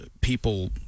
people